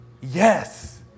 Yes